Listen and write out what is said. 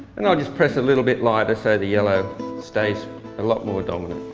and i'll just press a little bit lighter so the yellow stays a lot more dominant.